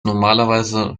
normalerweise